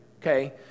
okay